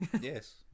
Yes